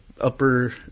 upper